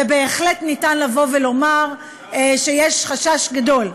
ובהחלט ניתן לבוא ולומר שיש חשש גדול,